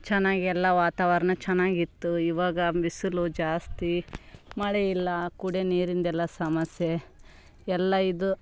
ಚೆನ್ನಾಗೆಲ್ಲ ವಾತಾವರ್ಣ ಚೆನ್ನಾಗಿತ್ತು ಇವಾಗ ಬಿಸಿಲು ಜಾಸ್ತಿ ಮಳೆಯಿಲ್ಲ ಕುಡಿ ನೀರಿಂದೆಲ್ಲ ಸಮಸ್ಯೆ ಎಲ್ಲ ಇದು